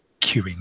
queuing